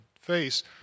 face